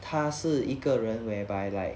他是一个人 whereby like